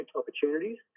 opportunities